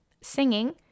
Singing